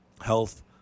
Health